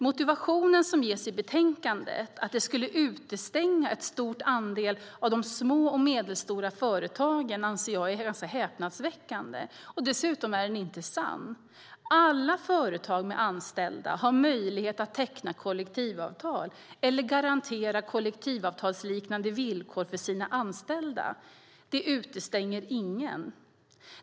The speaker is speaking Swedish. Motiveringen som anges i betänkandet, att det skulle utestänga en stor andel av de små och medelstora företagen, anser jag är ganska häpnadsväckande. Dessutom är den inte sann. Alla företag med anställda har möjlighet att teckna kollektivavtal eller garantera kollektivavtalsliknande villkor för sina anställda. Det utestänger ingen.